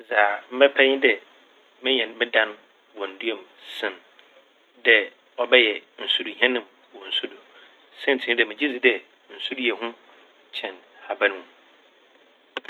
Dza mebɛpɛ nye dɛ menya me dan wɔ ndua mu sen dɛ ɔbɛyɛ nsu do hɛn m' wɔ nsu do. Saintsir nye dɛ megye dzi dɛ nsu do yehu kyɛn haban m'.